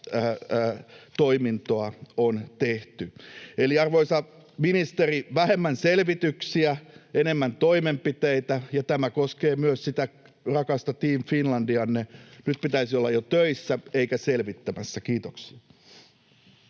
toimintoa on tehty. Eli arvoisa ministeri, vähemmän selvityksiä, enemmän toimenpiteitä, ja tämä koskee myös sitä rakasta Team Finlandianne. Nyt pitäisi olla jo töissä eikä selvittämässä. — Kiitoksia.